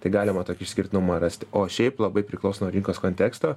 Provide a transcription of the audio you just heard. tai galima tokį išskirtinumą rasti o šiaip labai priklauso nuo rinkos konteksto